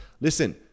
Listen